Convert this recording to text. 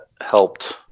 helped